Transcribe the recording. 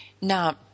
Now